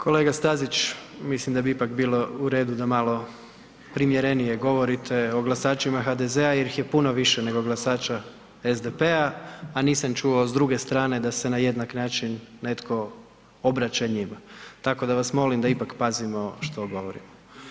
Kolega Stazić, mislim da bi ipak bilo u redu da malo primjerenije govorite o glasačima HDZ-a jer ih je puno više nego glasača SDP-a, a nisam čuo s druge strane da se na jednak način netko obraća njima, tako da vas molim da ipak pazimo što govorimo.